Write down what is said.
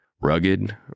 Rugged